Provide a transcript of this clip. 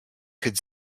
could